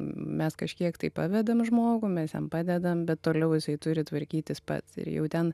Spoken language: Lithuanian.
mes kažkiek tai pavedam žmogų mes jam padedam bet toliau jisai turi tvarkytis pats ir jau ten